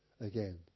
again